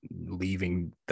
leaving